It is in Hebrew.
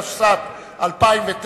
התשס"ט 2009,